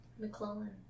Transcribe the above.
McClellan